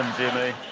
jimmy.